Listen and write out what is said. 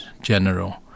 general